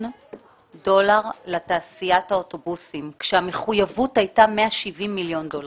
דולר לתעשיית האוטובוסים כאשר המחויבות הייתה 170 מיליון דולר.